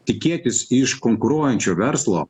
tikėtis iš konkuruojančio verslo